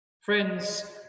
Friends